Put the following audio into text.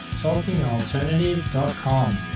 talkingalternative.com